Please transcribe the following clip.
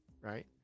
right